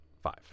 five